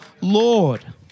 Lord